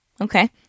Okay